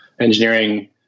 engineering